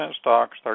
stocks